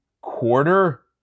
quarter